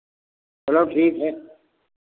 चलो ठीक है